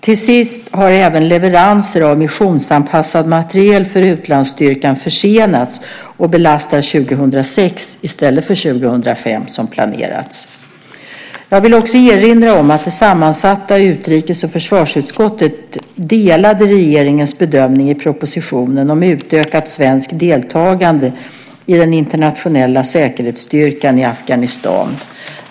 Till slut har även leveranser av missionsanpassad materiel för utlandsstyrkan försenats och belastar 2006 i stället för 2005 som planerats. Jag vill också erinra om att det sammansatta utrikes och försvarsutskottet delade regeringens bedömning i propositionen om utökat svenskt deltagande i den internationella säkerhetsstyrkan i Afghanistan .